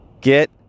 Get